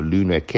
Luna